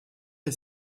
est